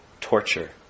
torture